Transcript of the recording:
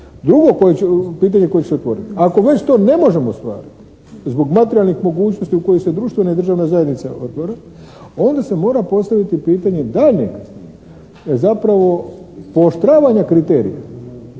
Drugo pitanje koje će se otvoriti. Ako već to ne možemo ostvariti zbog materijalnih mogućnosti u kojoj se društvena i državna zajednica otvara onda se mora postaviti pitanje daljnjeg zapravo pooštravanje kriterija